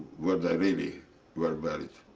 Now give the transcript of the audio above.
where they really were buried.